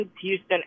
Houston